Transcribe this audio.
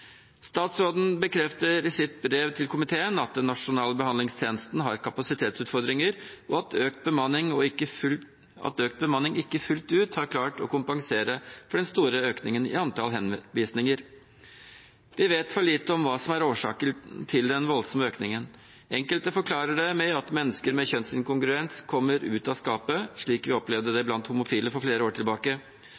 Statsråden bekrefter i sitt brev til komiteen at Nasjonal behandlingstjeneste har kapasitetsutfordringer, og at økt bemanning ikke fullt ut har klart å kompensere for den store økningen i antall henvisninger. Vi vet for lite om hva som er årsaken til den voldsomme økningen. Enkelte forklarer det med at mennesker med kjønnsinkongruens kommer ut av skapet, slik vi opplevde det